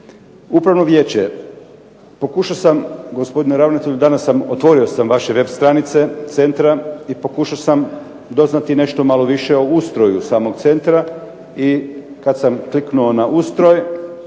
Upravno vijeće. Pokušao sam, gospodine ravnatelju otvori sam vaše web stranice centra i pokušao sam doznati nešto malo više o ustroju samog centra i kad sam kliknuo na ustroj